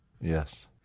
Yes